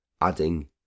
adding